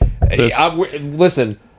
listen